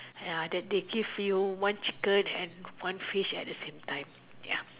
ya that they give you one chicken and one fish at the same time ya